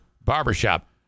barbershop